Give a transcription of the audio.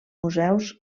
museus